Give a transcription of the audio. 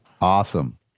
Awesome